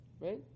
right